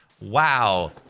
Wow